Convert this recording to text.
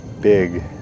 big